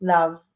Love